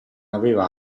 aveva